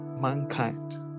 Mankind